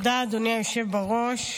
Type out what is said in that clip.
תודה, אדוני היושב בראש.